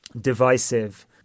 divisive